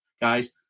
guys